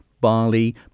barley